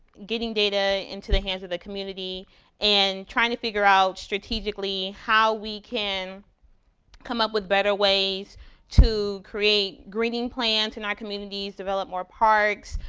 getting data into the hands of the community and trying to figure out strategically how we can come up with better ways to create greening plans in our communities, develop more parks.